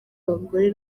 abagore